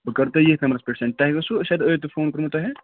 بہٕ کرو تۄہہِ ییٚتھۍ نمبرس پٮ۪ٹھ سٮ۪نٛڈ تۄہہِ اوسوُ شاید ٲدۍ تہٕ فون کوٚرمُت تۄہہِ